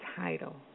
title